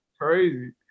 crazy